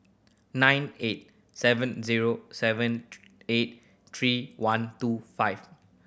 nine eight seven zero seven eight three one two five